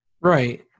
Right